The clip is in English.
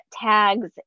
tags